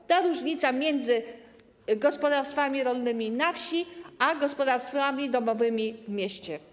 Chodzi o różnicę między gospodarstwami rolnymi na wsi a gospodarstwami domowymi w mieście.